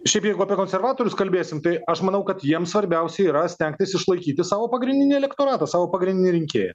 šiaip jeigu apie konservatorius kalbėsim tai aš manau kad jiems svarbiausia yra stengtis išlaikyti savo pagrindinį elektoratą savo pagrindinį rinkėją